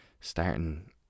starting